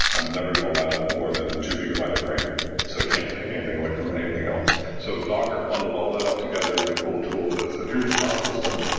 i'm never going to allow it more than two gigabyte of ram so it can't take anything away from anything else. so docker bundled all that up together in a cool tool that said, here's your file system.